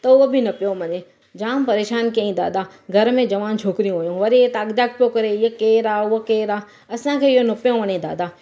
त उहो बि न पियो मने जाम परेशानु कईं दादा घर में जवान छोकिरियूं हुयूं वरी ताक झाक पियो करे हीअं केरु आहे उहो केरु आहे असांखे इहो न पियो वणे दादा